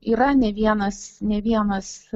yra ne vienas ne vienas